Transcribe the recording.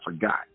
forgot